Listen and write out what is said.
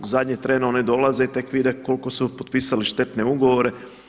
Zadnji tren oni dolaze i tek vide koliko su potpisali štetne ugovore.